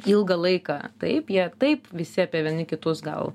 ilgą laiką taip jie taip visi apie vieni kitus gal